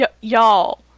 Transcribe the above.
y'all